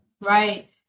right